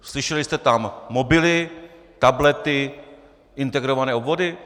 Slyšeli jste tam mobily, tablety, integrované obvody?